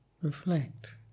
reflect